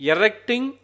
Erecting